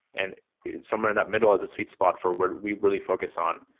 and somewhere in that middle is a sweet spot for what we really focus on,